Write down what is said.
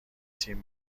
تیم